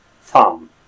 thumb